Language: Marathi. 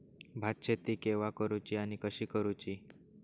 भात शेती केवा करूची आणि कशी करुची?